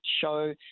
show